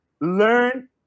learn